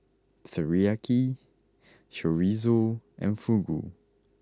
Teriyaki Chorizo and Fugu